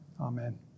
Amen